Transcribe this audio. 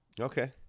okay